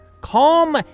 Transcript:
Calm